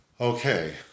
Okay